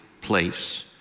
place